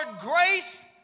grace